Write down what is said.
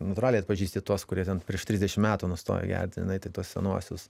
natūraliai atpažįsti tuos kurie ten prieš trisdešim metų nustojo tenai tai tuos senuosius